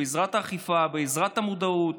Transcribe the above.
בעזרת האכיפה ובעזרת המודעות